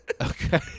Okay